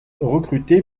recrutée